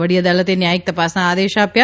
વડી અદાલતે ન્યાયિક તપાસના આદેશ આપ્યા